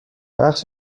بخش